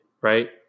right